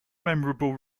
memorable